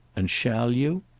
and shall you?